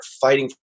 fighting